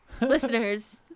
Listeners